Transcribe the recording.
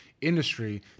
industry